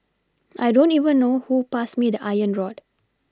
I don't even know who passed me the iron rod